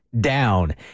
down